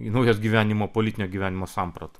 į naujas gyvenimo politinio gyvenimo samprata